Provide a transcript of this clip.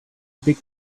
big